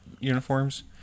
uniforms